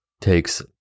takes